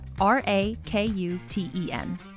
R-A-K-U-T-E-N